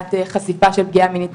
בשאלת חשיפה של פגיעה מינית,